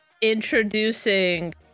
introducing